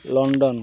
London